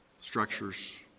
structures